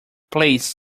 please